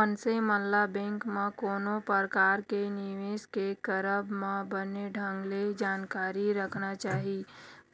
मनसे मन ल बेंक म कोनो परकार के निवेस के करब म बने ढंग ले जानकारी रखना चाही,